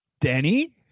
Denny